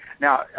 now